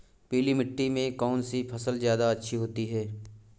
पीली मिट्टी में कौन सी फसल ज्यादा अच्छी होती है?